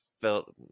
felt